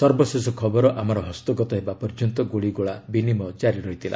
ସର୍ବଶେଷ ଖବର ଆମର ହସ୍ତଗତ ହେବା ପର୍ଯ୍ୟନ୍ତ ଗୁଳିଗୋଳା ବିନିମୟ କାରି ଥିଲା